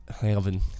heaven